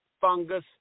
Fungus